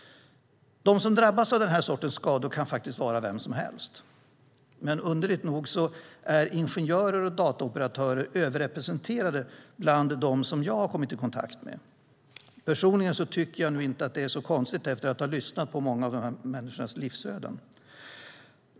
De som drabbas av den här sortens skador kan faktiskt vara vem som helst. Men underligt nog är ingenjörer och dataoperatörer överrepresenterade bland dem som jag har kommit i kontakt med. Personligen tycker jag inte att det är så konstigt, efter att ha lyssnat på många av dessa människors livsöden.